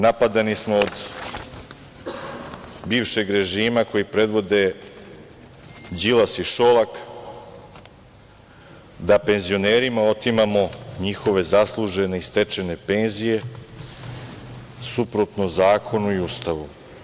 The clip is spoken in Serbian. Napadani smo od bivšeg režima, koji predvode Đilas i Šolak, da penzionerima otimamo njihove zaslužene i stečene penzije suprotno zakonu i Ustavu.